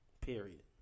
Period